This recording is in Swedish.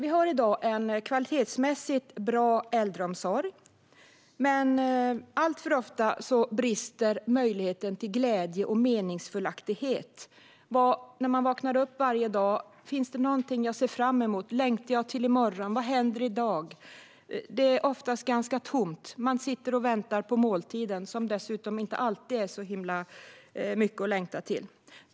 I dag finns en kvalitetsmässigt bra äldreomsorg, men alltför ofta brister möjligheten till glädje och en meningsfull tillvaro. Finns det något att se fram emot när man vaknar varje dag? Längtar man till i morgon? Vad händer i dag? Det är ofta tomt. Man sitter och väntar på måltiden, som dessutom inte alltid är så mycket att längta till.